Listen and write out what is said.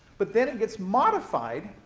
but then it gets modified